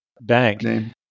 bank